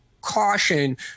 caution